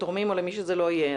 לתורמים או למי שזה לא יהיה,